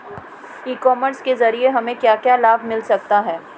ई commerce के ज़रिए हमें क्या क्या लाभ मिल सकता है?